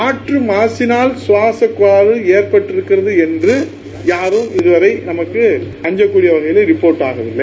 காற்று மாசினால் கவாச கோளாறு ஏற்பட்டுகிறது என்று யாரும் இதுவரை நமக்கு அஞ்சப்படக்கூடிய வகையில் ரிபோர்ட் ஆகவில்லை